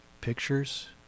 pictures